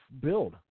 build